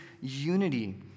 unity